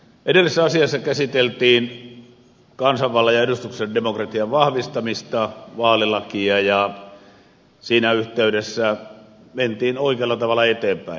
edellisessä asiassa käsiteltiin kansanvallan ja edustuksellisen demokratian vahvistamista vaalilakia ja siinä yhteydessä mentiin oikealla tavalla eteenpäin